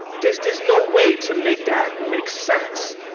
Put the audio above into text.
there's there's no way to make that make sense.